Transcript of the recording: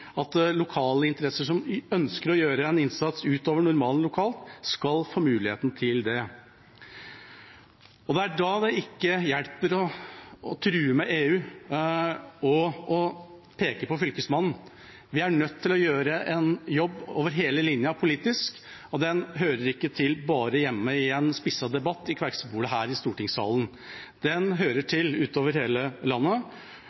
det. Da hjelper det ikke å true med EU og peke på Fylkesmannen. Vi er nødt til å gjøre en jobb over hele linja politisk, og den hører ikke bare hjemme i en spisset debatt i vepsebolet her i stortingssalen. Den hører hjemme ut over hele landet.